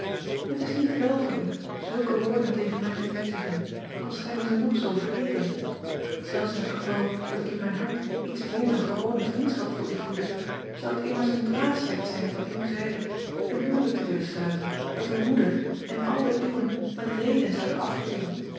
het is niet wel van u zulke woorden tegen mij te bezigen al schijnen zij nog zoo vereerend elfs in t geval dat ik in mijn hart iets meer dan gewone vriendschap voor u voedde zou het immers een dwaasheid zijn van uwe zijde een huwelijk te willen sluiten dat uw moeder en al de uwen met reden zouden afkeuren